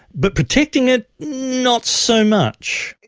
but protecting it, not so much.